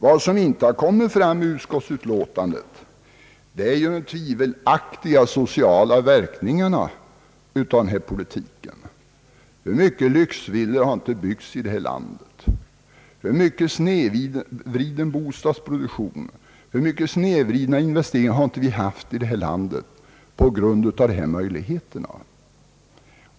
Vad som inte har påvisats i utskottsbetänkandet är de tvivelaktiga sociala verkningarna av nuvarande ordning. Hur mycket lyxvillor har inte byggts, hur mycken snedvriden bostadsproduktion och hur mycket snedvridna inves teringar har vi inte haft på grund av dessa möjligheter!